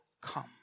come